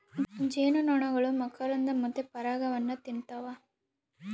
ಜೇನುನೊಣಗಳು ಮಕರಂದ ಮತ್ತೆ ಪರಾಗವನ್ನ ತಿನ್ನುತ್ತವ